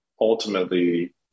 ultimately